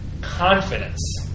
confidence